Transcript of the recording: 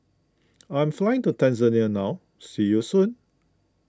I am flying to Tanzania now see you soon